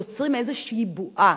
יוצרים איזושהי בועה,